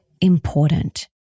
important